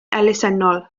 elusennol